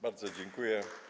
Bardzo dziękuję.